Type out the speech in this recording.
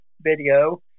video